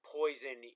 poison